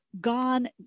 gone